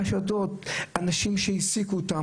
חשדות, אנשים שהעסיקו אותם.